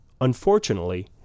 Unfortunately